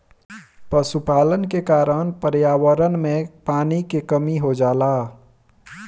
पशुपालन के कारण पर्यावरण में पानी क कमी हो जाला